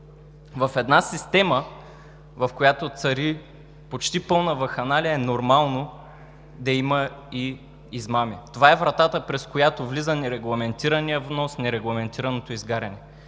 В една система, в която цари почти пълна вакханалия, е нормално да има и измами. Това е вратата, през която влиза нерегламентираният внос, нерегламентираното изгаряне.